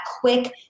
quick